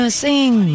sing